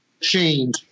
change